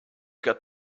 got